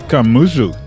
Kamuzu